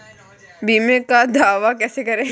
बीमे का दावा कैसे करें?